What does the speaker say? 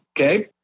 Okay